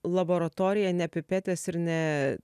laboratorija ne pipetės ir ne